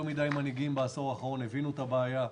יותר מידי מנהיגים בעשור האחרון הבינו את הבעיה.